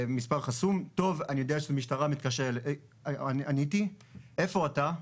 טוב אני יודע שזו המשטרה ועניתי - "איפה אתה?",